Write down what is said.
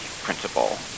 principle